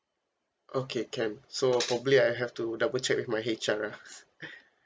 okay can so probably I have to double check with my H_R ah